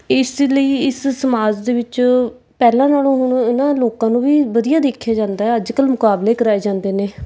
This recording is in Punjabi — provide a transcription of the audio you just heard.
ਇਸ ਲਈ ਇਸ ਸਮਾਜ ਦੇ ਵਿੱਚ ਪਹਿਲਾਂ ਨਾਲੋਂ ਹੁਣ ਇਹਨਾਂ ਲੋਕਾਂ ਨੂੰ ਵੀ ਵਧੀਆ ਦੇਖਿਆ ਜਾਂਦਾ ਅੱਜ ਕੱਲ੍ਹ ਮੁਕਾਬਲੇ ਕਰਵਾਏ ਜਾਂਦੇ ਨੇ